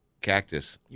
cactus